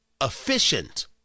efficient